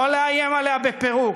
לא לאיים עליה בפירוק,